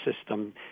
system